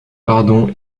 pardon